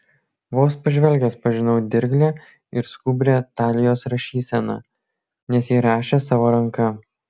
vos pažvelgęs pažinau dirglią ir skubrią talijos rašyseną nes ji rašė savo ranka